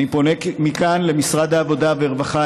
אני פונה מכאן למשרד העבודה והרווחה,